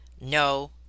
no